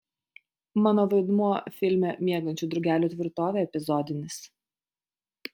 mano vaidmuo filme miegančių drugelių tvirtovė epizodinis